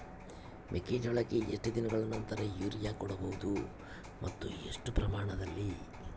ಮೆಕ್ಕೆಜೋಳಕ್ಕೆ ಎಷ್ಟು ದಿನಗಳ ನಂತರ ಯೂರಿಯಾ ಕೊಡಬಹುದು ಮತ್ತು ಎಷ್ಟು ಪ್ರಮಾಣದಲ್ಲಿ?